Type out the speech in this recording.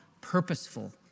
purposeful